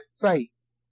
faith